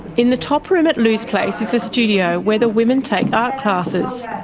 in the top room at lou's place is the studio where the women take art classes.